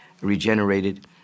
regenerated